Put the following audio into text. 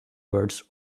words